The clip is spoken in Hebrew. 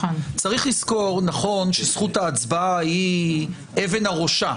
צריך לזכור שזכות ההצבעה היא אבן הראשה,